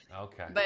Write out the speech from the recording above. Okay